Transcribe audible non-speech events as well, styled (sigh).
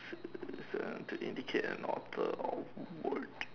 (noise) to indicate an author of what